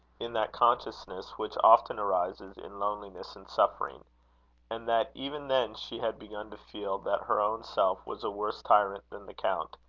in that consciousness which often arises in loneliness and suffering and that even then she had begun to feel that her own self was a worse tyrant than the count,